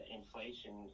inflation